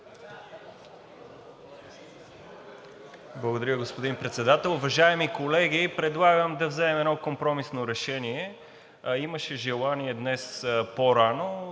Благодаря, господин Председател.